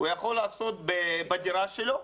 הוא יכול לעשות בדירה שלו,